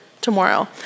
tomorrow